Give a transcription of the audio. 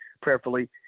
prayerfully